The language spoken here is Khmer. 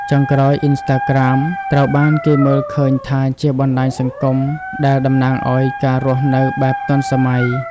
ចុងក្រោយ អុីនស្តាក្រាម ត្រូវបានគេមើលឃើញថាជាបណ្តាញសង្គមដែលតំណាងឱ្យ ការរស់នៅបែបទាន់សម័យ។